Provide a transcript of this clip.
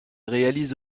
réalise